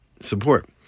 support